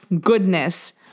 goodness